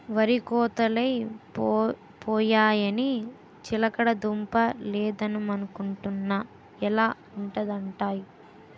వరి కోతలై పోయాయని చిలకడ దుంప లేద్దమనుకొంటున్నా ఎలా ఉంటదంటావ్?